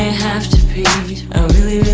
have to pee i really,